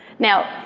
now,